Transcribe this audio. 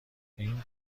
این